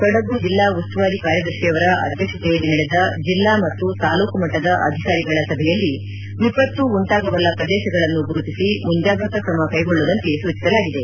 ಕೊಡಗು ಜಿಲ್ಲಾ ಉಸ್ತುವಾರಿ ಕಾರ್ಯದರ್ಶಿಯವರ ಅಧ್ಯಕ್ಷತೆಯಲ್ಲಿ ನಡೆದ ಜಿಲ್ಲಾ ಮತ್ತು ತಾಲೂಕು ಮಟ್ಟದ ಅಧಿಕಾರಿಗಳ ಸಯಲ್ಲಿ ವಿಪತ್ತು ಉಂಟಾಗಬಲ್ಲ ಪ್ರದೇಶಗಳನ್ನು ಗುರುತಿಸಿ ಮುಂಜಾಗ್ರತಾ ಕ್ರಮ ಕೈಗೊಳ್ಳುವಂತೆ ಸೂಚಿಸಲಾಗಿದೆ